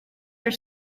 your